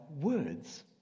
words